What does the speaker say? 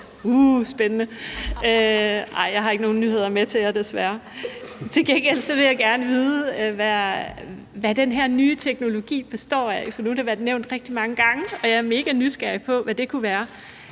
uh, spændende. Ej, jeg har ikke nogen nyheder med til jer, desværre. Til gengæld vil jeg gerne vide, hvad den her nye teknologi består i, for nu har det været nævnt rigtig mange gange, og jeg er meganysgerrig på, hvad det kunne være.